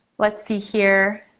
let's see here.